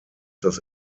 das